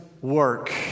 work